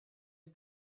you